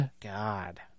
God